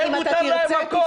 הם מותר להם הכול.